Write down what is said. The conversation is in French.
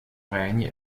règne